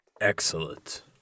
Excellent